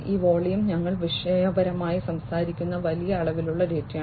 ഈ വോളിയം ഞങ്ങൾ വിഷയപരമായി സംസാരിക്കുന്ന വലിയ അളവിലുള്ള ഡാറ്റയാണ്